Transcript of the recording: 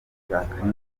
jacqueline